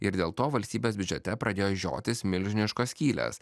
ir dėl to valstybės biudžete pradėjo žiotis milžiniškos skylės